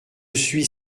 suis